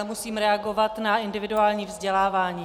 Musím ale reagovat na individuální vzdělávání.